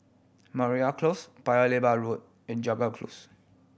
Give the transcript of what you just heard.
Mariam Close Paya Lebar Road and Jago Close